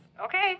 Okay